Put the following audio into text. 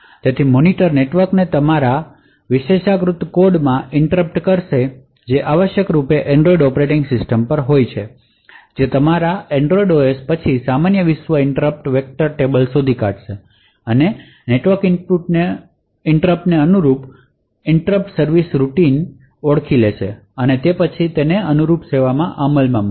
તેથી મોનિટરનેટવર્કને તમારા વિશેષાધિકૃત કોડમાં ઇનટ્રપટ કરશે જે આવશ્યકરૂપે એન્ડ્રોઇડ ઑપરેટિંગ સિસ્ટમ પર હોઈ શકે જે તમારા Android OS પછી સામાન્ય વિશ્વ ઇનટ્રપટ વેક્ટર ટેબલ શોધી શકે છે અને નેટવર્ક ઇનટ્રપટને અનુરૂપ ઇન્ટરપ્ટ સર્વિસ રૂટિન ઓળખી શકે છે અને પછી તે અનુરૂપ રૂટિનને અમલમાં મૂકે છે